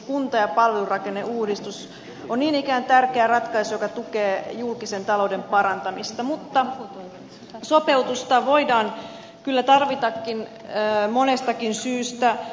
kunta ja palvelurakenneuudistus on niin ikään tärkeä ratkaisu joka tukee julkisen talouden parantamista mutta sopeutusta voidaan kyllä tarvitakin monestakin syystä